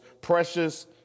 precious